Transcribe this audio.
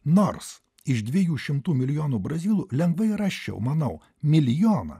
nors iš dviejų šimtų milijonų brazilų lengvai rasčiau manau milijoną